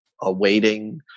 awaiting